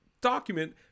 document